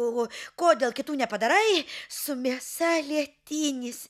o ko dėl kitų nepadarai su mėsa lietinis